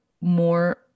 more